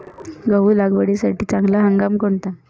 गहू लागवडीसाठी चांगला हंगाम कोणता?